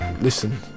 listen